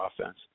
offense